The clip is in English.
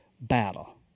battle